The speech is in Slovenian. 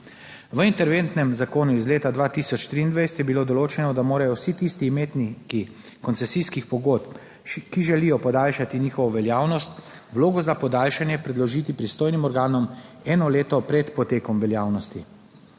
V interventnem zakonu iz leta 2023 je bilo določeno, da morajo vsi tisti imetniki koncesijskih pogodb, ki želijo podaljšati njihovo veljavnost, vlogo za podaljšanje predložiti pristojnim organom eno leto pred potekom veljavnosti.